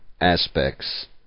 aspects